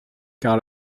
car